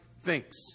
thinks